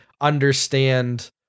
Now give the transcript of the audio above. understand